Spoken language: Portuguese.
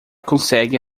consegue